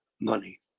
money